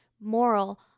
moral